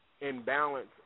imbalance